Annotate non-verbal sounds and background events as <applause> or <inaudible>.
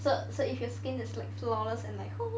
so so if your skin is like flawless and like <noise>